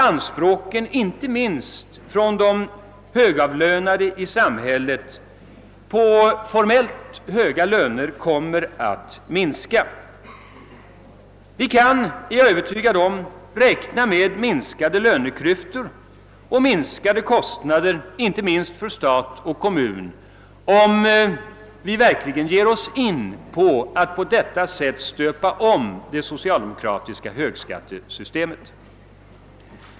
Anspråken — inte minst från de högavlönade i samhället, d. v..s. från dem som formellt sett har höga löner — kommer att minska. Vi kan — det är jag övertygad om — räkna med minskade löneklyftor och minskade kostnader, inte minst för stat och kommun, om vi verkligen ger oss in på att på detta sätt stöpa om det socialdemokratiska högskattesystemet.